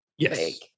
Yes